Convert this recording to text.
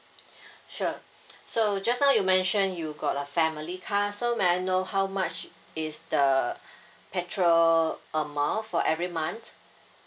sure so just now you mention you got the family car so may I know how much is the petrol amount for every month